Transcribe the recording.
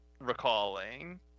recalling